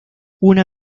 una